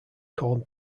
called